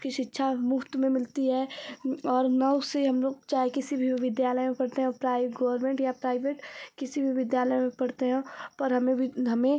की शिक्षा मुफ़्त में मिलती है और नौ से हम लोग चाहे किसी भी विद्यालय में पढ़ते हों प्राइ गौरमेंट या प्राइवेट किसी भी विद्यालय में पढ़ते हों पर हमें हमें